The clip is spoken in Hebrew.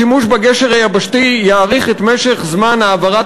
השימוש בגשר היבשתי יאריך את זמן העברת